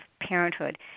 parenthood